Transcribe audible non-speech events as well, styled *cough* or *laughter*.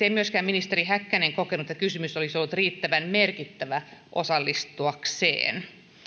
*unintelligible* ei myöskään ministeri häkkänen kokenut että kysymys olisi ollut riittävän merkittävä osallistuakseen